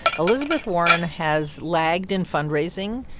elizabeth warren has lagged in fundraising.